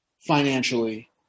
financially